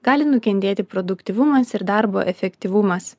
gali nukentėti produktyvumas ir darbo efektyvumas